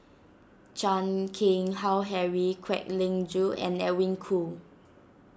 Chan Keng Howe Harry Kwek Leng Joo and Edwin Koo